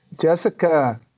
Jessica